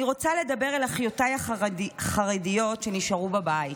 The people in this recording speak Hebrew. אני רוצה לדבר אל אחיותיי החרדיות שנשארו בבית,